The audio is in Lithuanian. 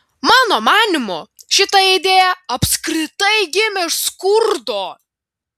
mano manymu šita idėja apskritai gimė iš skurdo